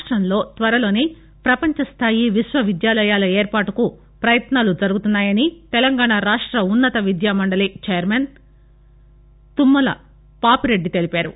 రాష్టంలో త్వరలోనే పపంచస్థాయి విశ్వవిద్యాలయాల ఏర్పాటుకు పయత్నాలు జరుగుతున్నాయని తెలంగాణ రాష్ట్ర ఉన్నత మండలి చైర్మన్ తుమ్మల పాపిరెడ్డి తెలిపారు